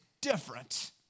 different